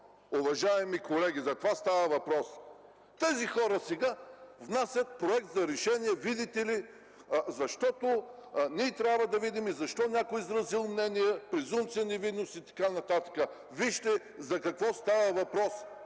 уважаеми колеги. За това става въпрос. Тези хора сега внасят проект за решение, видите ли, ние трябва да видим защо някой е изразил мнение, презумпция за невинност и така нататък. Вижте за какво става въпрос: